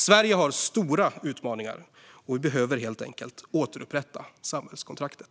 Sverige har stora utmaningar, och vi behöver helt enkelt återupprätta samhällskontraktet.